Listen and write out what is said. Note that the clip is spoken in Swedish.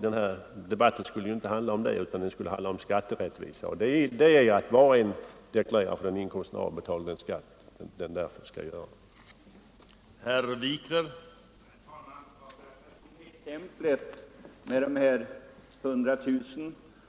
den här debatten skulle inte handla om detta utan om skatterättvisa, som innebär att var och en deklarerar hela sin inkomst och betalar den skatt som skall erläggas.